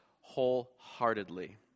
wholeheartedly